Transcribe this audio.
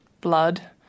blood